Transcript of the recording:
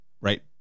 right